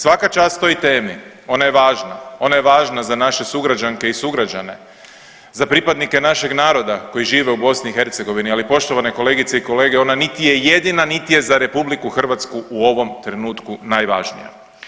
Svaka čast toj temi, ona je važna, ona je važna za naše sugrađanke i sugrađane, za pripadnike našeg naroda koji žive u BiH, ali poštovane kolegice i kolege ona niti je jedina, niti je za RH u ovom trenutku najvažnija.